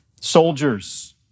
soldiers